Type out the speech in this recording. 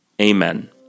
Amen